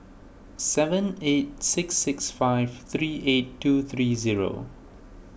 seven eight six six five three eight two three zero